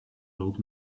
old